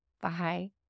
Bye